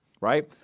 Right